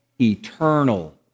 eternal